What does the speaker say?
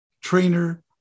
trainer